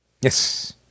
Yes